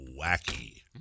Wacky